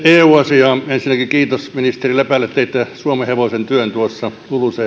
eu asiaa ensinnäkin kiitos ministeri lepälle teitte suomenhevosen työn tuossa lulucf